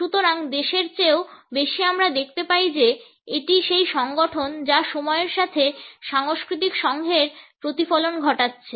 সুতরাং দেশের চেয়েও বেশি আমরা দেখতে পাই যে এটি সেই সংগঠন যা সময়ের সাথে সাংস্কৃতিক সংঘের প্রতিফলন ঘটাচ্ছে